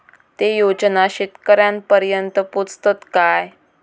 ते योजना शेतकऱ्यानपर्यंत पोचतत काय?